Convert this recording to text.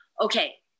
okay